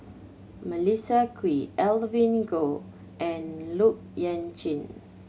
Melissa Kwee Evelyn Goh and Look Yan cheng